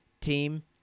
team